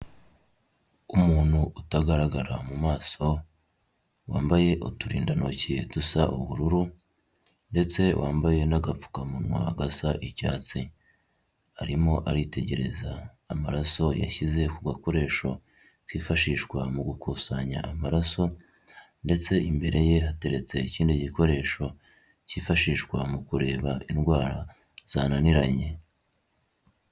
Umuntu utagaragara mu maso wambaye uturindantoki dusa ubururu ndetse wambaye n'agapfukamunwa gasa icyatsi arimo aritegereza amaraso yashyize ku gakoresho kifashishwa mu gukusanya amaraso ndetse imbere ye hateretse ikindi gikoresho cyifashishwa mu kureba indwara zananiranye.